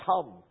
come